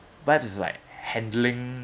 perhaps it's like handling